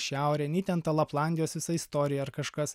šiaurė nei ten ta laplandijos visa istorija ar kažkas